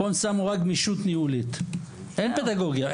פה הם שמו רק גמישות ניהולית; אין פדגוגיה.